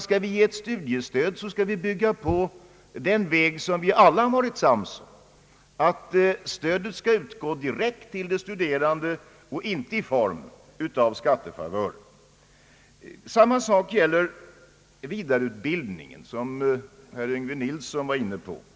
Skall vi ge ett studiestöd, skall vi bygga på den väg som vi alla varit ense om. Stödet skall utgå direkt till de studerande och inte i form av skattefavörer. Samma <:sgäller vidareutbildningen, som herr Yngve Nilsson var inne på.